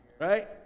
right